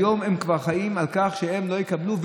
היום הם כבר חיים כך שהם לא יקבלו,